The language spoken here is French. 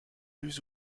plus